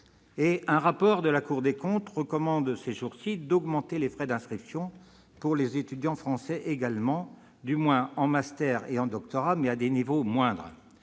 récent rapport, la Cour des comptes recommande d'augmenter également les frais d'inscription pour les étudiants français, du moins en master et en doctorat, mais à des niveaux moindres.